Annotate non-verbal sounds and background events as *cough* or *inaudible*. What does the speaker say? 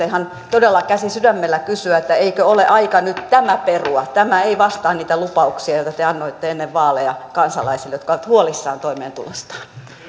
*unintelligible* ihan todella käsi sydämellä kysyä eikö ole aika nyt tämä perua tämä ei vastaa niitä lupauksia joita te annoitte ennen vaaleja kansalaisille jotka ovat huolissaan toimeentulostaan